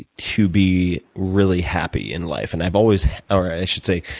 ah to be really happy in life. and i've always or i should say,